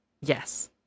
Yes